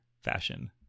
fashion